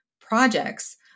projects